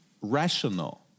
rational